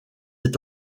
est